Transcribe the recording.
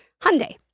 Hyundai